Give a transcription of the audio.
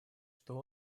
что